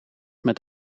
met